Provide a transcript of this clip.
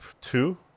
two